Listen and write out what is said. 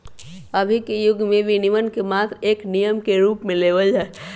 अभी के युग में विनियमन के मात्र एक नियम के रूप में लेवल जाहई